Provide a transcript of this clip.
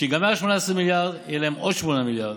כשייגמרו 18 המיליארד יהיו להם עוד 8 מיליארד,